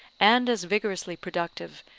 and as vigorously productive,